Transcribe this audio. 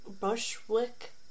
Bushwick